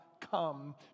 come